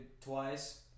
twice